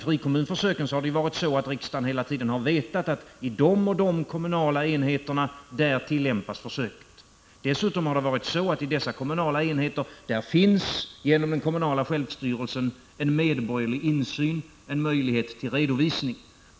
Där har riksdagen hela tiden vetat i vilka kommunala enheter försöket tillämpades, och dessutom har det i dessa kommunala enheter genom det kommunala självstyret funnits en medborgerlig insyn och en möjlighet till redovisning.